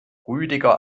rüdiger